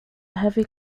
heavy